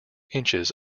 inches